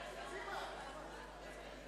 שחור לכנסת.